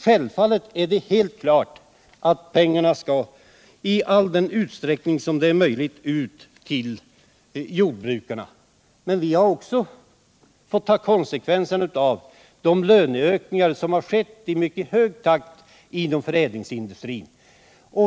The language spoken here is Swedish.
Självfallet skall pengarna i den utsträckning det är möjligt ut till jordbrukarna. Men vi har också fått ta konsekvensen av de löneökningar som har skett i mycket hög takt inom förädlingsindustrin.